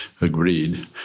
agreed